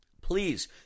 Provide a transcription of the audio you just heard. please